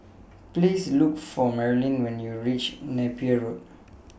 Please Look For Marilyn when YOU REACH Napier Road